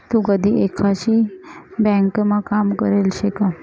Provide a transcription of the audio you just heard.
तू कधी एकाधी ब्यांकमा काम करेल शे का?